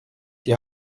die